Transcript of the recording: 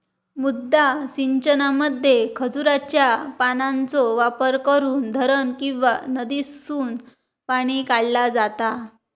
मुद्दा सिंचनामध्ये खजुराच्या पानांचो वापर करून धरण किंवा नदीसून पाणी काढला जाता